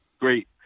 Great